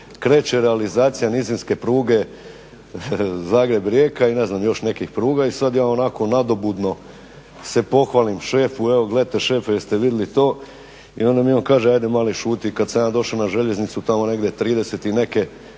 kreće realizacija nizinske pruge Zagreb-Rijeka i ne znam još nekih pruga. I sad ja onako nadobudno se pohvalim šefu evo gledajte šefe jeste vidjeli to i onda mi on kaže ajde mali šuti kad sam ja došao na željeznicu tamo negdje '30. i neke